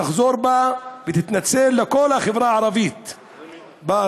ותחזור בה ותתנצל בפני החברה הערבית בארץ.